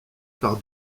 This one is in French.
par